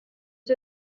ser